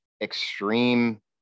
extreme